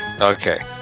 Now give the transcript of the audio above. okay